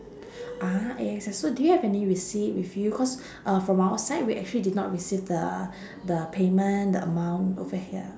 ah A_X_S so do you have any receipt with you cause uh from our side we actually did not receive the the payment the amount over here